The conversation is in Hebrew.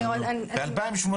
ב-2018.